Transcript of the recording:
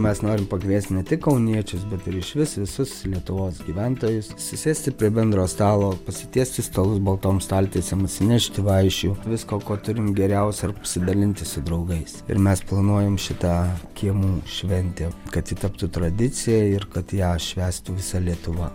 mes norim pakviesti ne tik kauniečius bet ir išvis visus lietuvos gyventojus susėsti prie bendro stalo pasitiesti stalus baltom staltiesėm atsinešti vaišių visko ko turim geriausio ir pasidalinti su draugais ir mes planuojam šitą kiemų šventę kad ji taptų tradicija ir kad ją švęstų visa lietuva